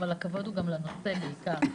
אבל הכבוד הוא גם לנושא בעיקר.